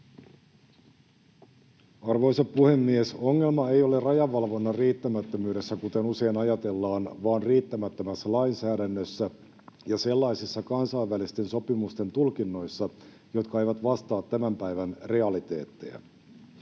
Arvoisa puhemies! Ongelma ei ole rajavalvonnan riittämättömyydessä, kuten usein ajatellaan, vaan riittämättömässä lainsäädännössä ja sellaisissa kansainvälisten sopimusten tulkinnoissa, jotka eivät vastaa tämän päivän realiteetteja.